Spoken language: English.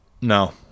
No